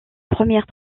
première